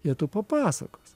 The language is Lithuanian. jie tau papasakos